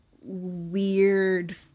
weird